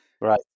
Right